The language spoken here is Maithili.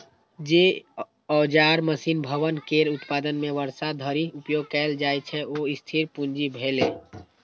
जे औजार, मशीन, भवन केर उत्पादन मे वर्षों धरि उपयोग कैल जाइ छै, ओ स्थिर पूंजी भेलै